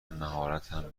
مهارتم